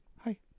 Hi